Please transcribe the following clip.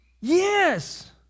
Yes